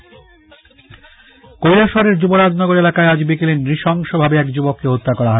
হতাকান্ড কৈলাসহরের যুবরাজনগর এলাকায় আজ বিকেলে নৃশংসভাবে এক যুবককে হত্যা করা হয়